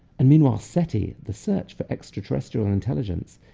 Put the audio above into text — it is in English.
and meanwhile, seti, the search for extraterrestrial intelligence,